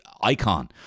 icon